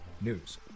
News